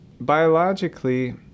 Biologically